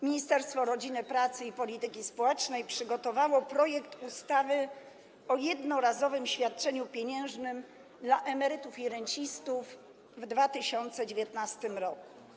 Ministerstwo Rodziny, Pracy i Polityki Społecznej przygotowało projekt ustawy o jednorazowym świadczeniu pieniężnym dla emerytów i rencistów w 2019 r.